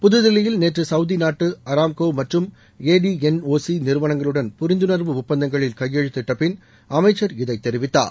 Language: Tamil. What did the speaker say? புதுதில்லியில் நேற்று சவுதி நாட்டு அராம்கோ மற்றும் ஏடிஎன்ஓசி நிறுவனங்களுடன் புரிந்துணர்வு ஒப்பந்தங்களில் கையெழுத்திட்டபின் அமைச்சர் இதைத் தெரிவித்தார்